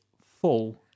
full